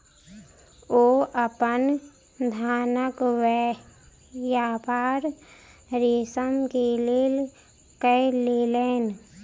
ओ अपन धानक व्यापार रेशम के लेल कय लेलैन